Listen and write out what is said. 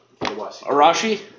Arashi